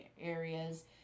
areas